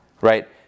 right